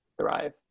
thrive